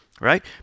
right